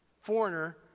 foreigner